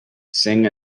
singh